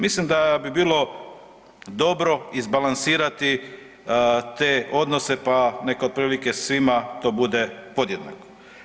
Mislim da bi bilo dobro izbalansirati te odnose pa neka otprilike svima to bude podjednako.